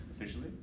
officially